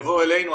ואז יבואו אלינו,